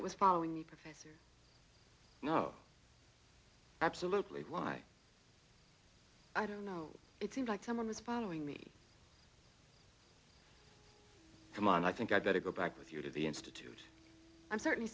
that was following you professor you know absolutely why i don't know it seemed like someone was following me come on i think i'd better go back with you to the institute i'm certainly